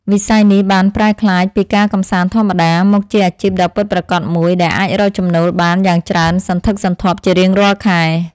វិស័យនេះបានប្រែក្លាយពីការកម្សាន្តធម្មតាមកជាអាជីពដ៏ពិតប្រាកដមួយដែលអាចរកចំណូលបានយ៉ាងច្រើនសន្ធឹកសន្ធាប់ជារៀងរាល់ខែ។